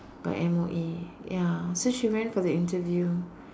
by M_O_E ya so she went for the interview